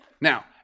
Now